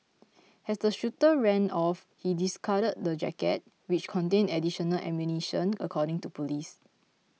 as the shooter ran off he discarded the jacket which contained additional ammunition according to police